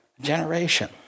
Generation